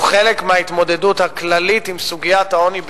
הוא חלק מההתמודדות הכללית עם סוגיית העוני בישראל,